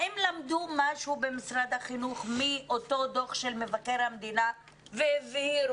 האם למדו משהו במשרד החינוך מאותו דוח של מבקר המדינה והבהירו